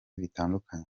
bitandukanye